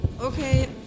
Okay